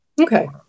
Okay